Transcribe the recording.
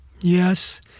Yes